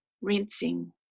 rinsing